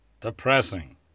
Depressing